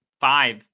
five